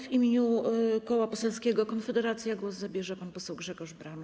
W imieniu Koła Poselskiego Konfederacja głos zabierze pan poseł Grzegorz Braun.